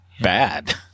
bad